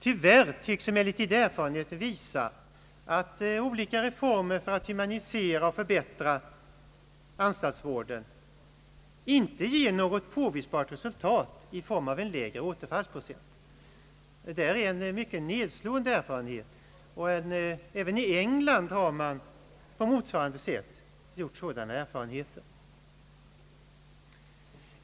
Tyvärr tycks emellertid erfarenheten visa att olika reformer för att humanisera och förbättra anstaltsvården inte ger något påvisbart resultat i form av en lägre återfallsprocent. Det är en mycket nedslående erfarenhet, och även t.ex. i England har man gjort motsvarande erfarenheter.